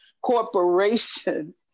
corporation